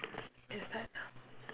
can start now can start